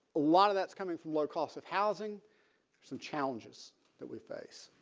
lot of that's coming from low cost of housing some challenges that we face